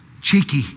cheeky